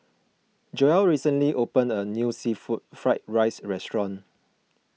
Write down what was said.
Joelle recently opened a new Seafood Fried Rice restaurant